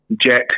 Jack